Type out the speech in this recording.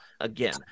again